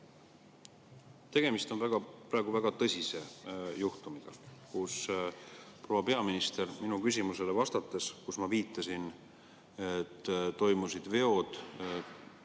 Tegemist on praegu väga tõsise juhtumiga, kui proua peaminister vastates minu küsimusele, kus ma viitasin, et toimusid veod